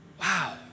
wow